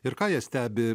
ir ką jie stebi